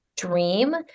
dream